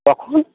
কখন